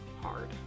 hard